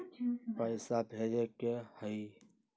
पैसा भेजे के हाइ?